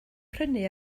prynu